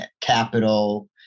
capital